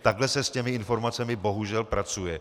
Takhle se s informacemi bohužel pracuje.